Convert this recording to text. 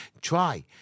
Try